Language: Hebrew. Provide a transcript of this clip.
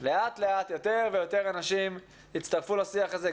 לאט לאט יותר ויותר אנשים הצטרפו לשיח הזה,